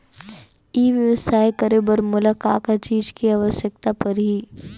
ई व्यवसाय करे बर मोला का का चीज के आवश्यकता परही?